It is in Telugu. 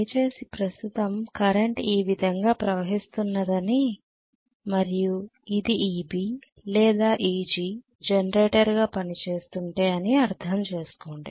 దయచేసి ప్రస్తుతము కరెంట్ ఈ విధంగా ప్రవహిస్తున్నదని మరియు ఇది Eb లేదా Eg జనరేటర్గా పనిచేస్తుంటే అని అర్థం చేసుకోండి